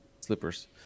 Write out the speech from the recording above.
slippers